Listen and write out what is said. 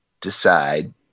decide